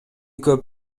көп